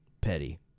petty